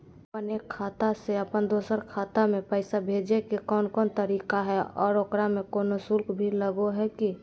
अपन एक खाता से अपन दोसर खाता में पैसा भेजे के कौन कौन तरीका है और ओकरा में कोनो शुक्ल भी लगो है की?